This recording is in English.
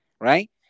right